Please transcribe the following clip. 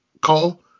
call